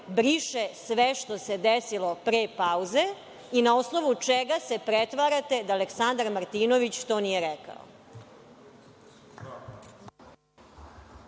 briše sve što se desilo pre pauze i na osnovu čega se pretvarate da Aleksandar Martinović to nije rekao?